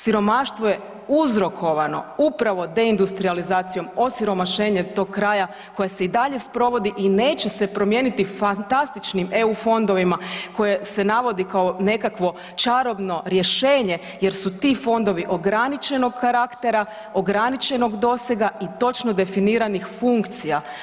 Siromaštvo je uzrokovano upravo deindustrijalizacijom osiromašenja tog kraja koja se i dalje sprovodi i neće se promijeniti fantastičnim eu fondovima koje se navodi kao nekakvo čarobno rješenje jer su ti fondovi ograničenog karaktera, ograničenog dosega i točno definiranih funkcija.